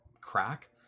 crack